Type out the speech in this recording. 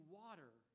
water